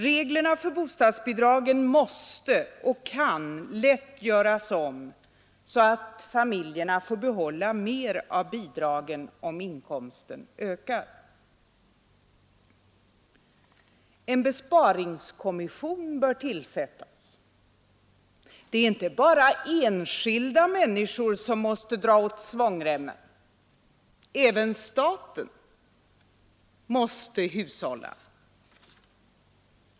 Reglerna för bostadsbidrag måste och kan lätt göras om så att familjerna får behålla mera av bidragen om inkomsten ökar. En besparingskommission bör tillsättas. Det är inte bara enskilda människor som måste dra åt svångremmen. Även staten måste hushålla.